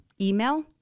email